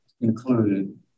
included